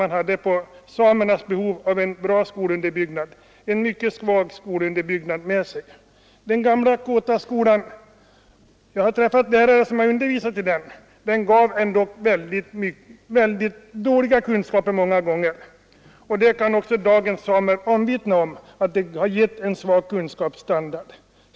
De har nämligen fortfarande ofta en mycket svag skolunderbyggnad som bakgrund. Den gamla kåtaskolan — jag har träffat lärare som har undervisat i den — gav många gånger mycket knappa kunskaper. Också dagens samer kan vittna om att den givit en dålig kunskapsstandard.